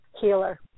healer